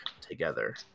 together